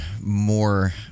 more